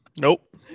nope